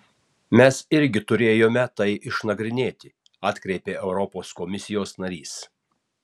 mes irgi turėjome tai išnagrinėti atkreipė europos komisijos narys